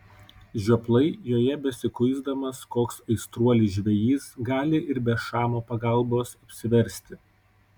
žioplai joje besikuisdamas koks aistruolis žvejys gali ir be šamo pagalbos apsiversti